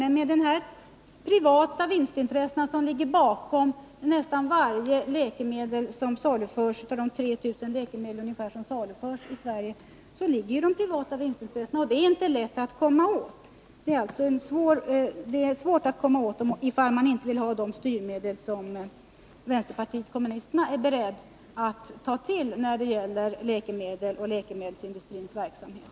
Men bakom nästan varje läkemedel — av de ungefär 3 000 läkemedel som saluförs i Sverige — ligger de privata vinstintressena. Det är svårt att komma åt dem ifall man inte vill ha de styrmedel som vänsterpartiet kommunisterna är beredda att ta till när det gäller läkemedel och läkemedelsindustrins verksamhet.